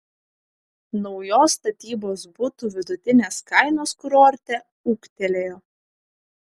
naujos statybos butų vidutinės kainos kurorte ūgtelėjo